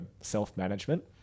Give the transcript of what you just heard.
self-management